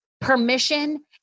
permission